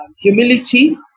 humility